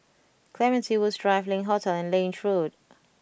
Clementi Woods Drive Link Hotel and Lange Road